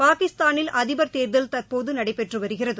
பாகிஸ்தானில் அதிபா் தேர்தல் தற்போதுநடைபெற்றுவருகிறது